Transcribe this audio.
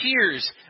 tears